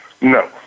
No